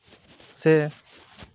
ᱥᱮ